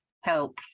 help